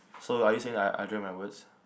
so are you saying that I I drag my words